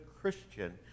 Christian